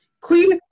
Queen